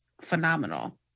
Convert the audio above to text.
phenomenal